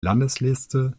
landesliste